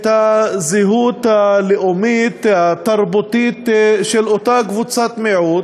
את הזהות הלאומית, התרבותית, של אותה קבוצת מיעוט.